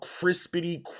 crispity